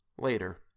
Later